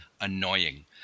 annoying